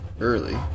early